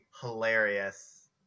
hilarious